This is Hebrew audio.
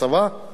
צריכה לשלם